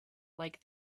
like